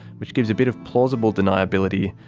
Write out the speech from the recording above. which gives a bit of plausible deniability,